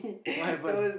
what happened